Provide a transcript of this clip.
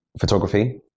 photography